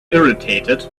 irritated